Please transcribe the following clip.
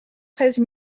treize